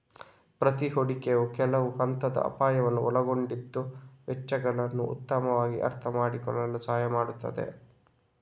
ಪ್ರತಿ ಹೂಡಿಕೆಯು ಕೆಲವು ಹಂತದ ಅಪಾಯವನ್ನ ಒಳಗೊಂಡಿದ್ದು ವೆಚ್ಚಗಳನ್ನ ಉತ್ತಮವಾಗಿ ಅರ್ಥಮಾಡಿಕೊಳ್ಳಲು ಸಹಾಯ ಮಾಡ್ತದೆ